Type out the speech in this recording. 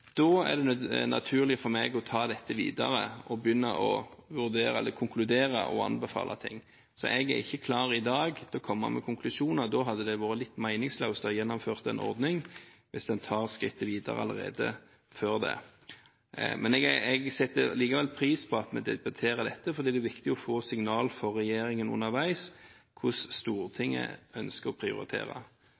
Da er det naturlig for meg å ta dette videre og begynne å konkludere og anbefale. Så jeg er ikke klar i dag til å komme med konklusjoner. Da hadde det vært litt meningsløst å ha gjennomført en ordning, hvis en tar skrittet videre allerede før det. Men jeg setter likevel pris på at vi debatterer dette fordi det er viktig for regjeringen å få signal underveis om hvordan Stortinget ønsker å prioritere.